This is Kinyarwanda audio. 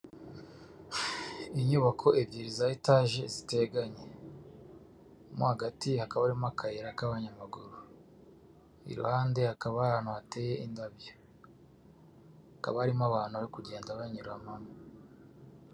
Inyubako ebyiri za etaje ziteganye, mo hagati hakaba harimo akayira k'abanyamaguru, iruhande hakaba hari ahantu hateye indabyo, hakaba harimo abantu bari kugenda banyuranamo.